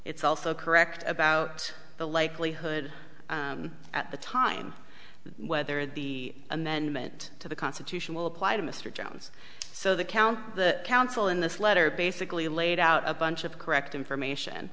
it's also correct about the likelihood at the time whether the amendment to the constitution will apply to mr jones so the county the council in this letter basically laid out a bunch of correct information